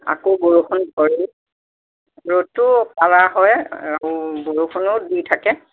আকৌ বৰষুণ ধৰে ৰ'দটো কাঢ়া হয় আৰু বৰষুণো দি থাকে